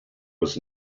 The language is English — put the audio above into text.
was